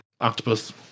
Octopus